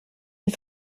une